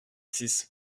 six